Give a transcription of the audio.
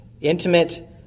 intimate